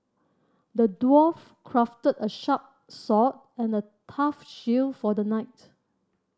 the dwarf crafted a sharp sword and a tough shield for the knight